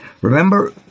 Remember